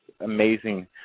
amazing